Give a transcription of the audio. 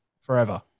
forever